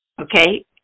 Okay